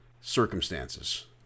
circumstances